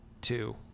two